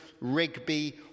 Rigby